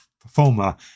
performer